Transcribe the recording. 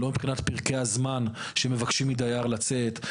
לא מבחינת פרקי הזמן שמבקשים מדייר לצאת,